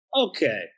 okay